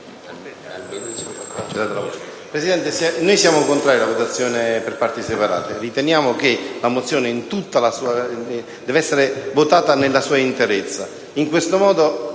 Presidente, noi siamo contrari alla votazione per parti separate. Riteniamo che la mozione debba essere votata nella sua interezza.